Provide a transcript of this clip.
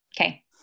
Okay